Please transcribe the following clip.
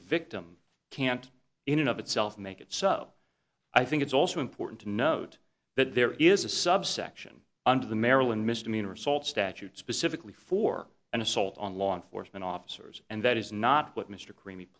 the victim can't in and of itself make it so i think it's also important to note that there is a subsection under the maryland misdemeanor assault statute specifically for an assault on law enforcement officers and that is not what mr creamy